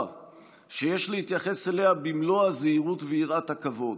שיש להתייחס אליה במלוא הזהירות ויראת הכבוד,